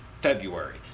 February